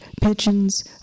pigeons